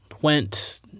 went